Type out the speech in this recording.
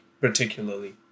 particularly